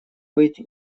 быть